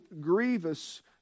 grievous